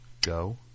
go